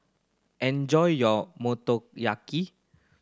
enjoy your Motoyaki